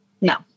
no